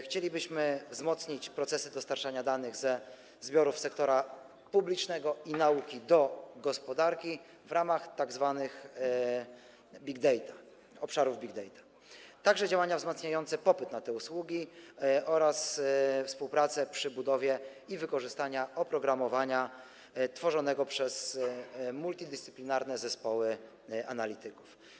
Chcielibyśmy wzmocnić procesy dostarczania danych ze zbiorów sektora publicznego i nauki do gospodarki w ramach big data, obszarów big data, a także zwiększyć działania wzmacniające popyt na te usługi oraz współpracę przy budowie i wykorzystaniu oprogramowania tworzonego przez multidyscyplinarne zespoły analityków.